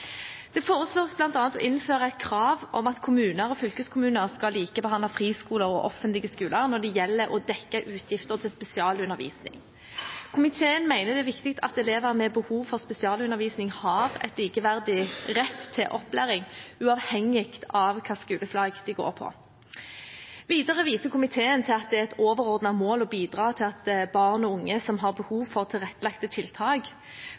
Det foreslås bl.a. å innføre et krav om at kommuner og fylkeskommuner skal likebehandle friskoler og offentlige skoler når det gjelder å dekke utgifter til spesialundervisning. Komiteen mener det er viktig at elever med behov for spesialundervisning har en likeverdig rett til opplæring, uavhengig av hvilket skoleslag de går på. Videre viser komiteen til at det er et overordnet mål å bidra til at barn og unge som har behov for tilrettelagte tiltak,